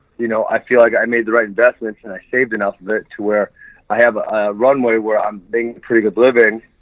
you know i feel like i made the right investments and i saved enough of it to where i have a runway where i'm doing pretty good living.